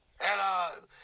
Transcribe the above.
Hello